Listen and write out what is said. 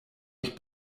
ich